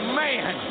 man